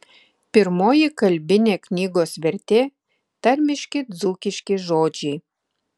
pirmoji kalbinė knygos vertė tarmiški dzūkiški žodžiai